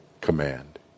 command